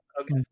Okay